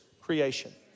creation